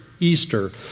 Easter